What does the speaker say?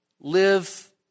live